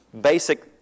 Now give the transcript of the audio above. basic